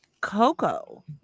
Coco